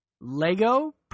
Lego